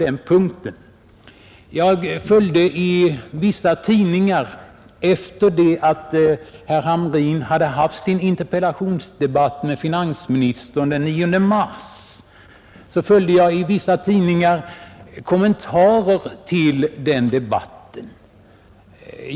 Efter det att herr Hamrin den 9 mars hade haft sin interpellationsdebatt med finansministern, följde jag i vissa tidningar kommentarerna till den debatten.